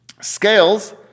scales